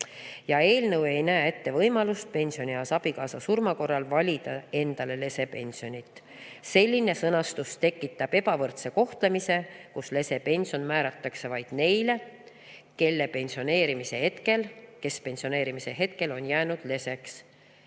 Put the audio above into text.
Eelnõu ei näe ette võimalust pensionieas abikaasa surma korral valida endale lesepensionit. Selline sõnastus tekitab ebavõrdse kohtlemise, kus lesepension määratakse vaid neile, kes pensioneerumise hetkel on jäänud leseks.